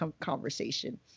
conversation